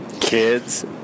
Kids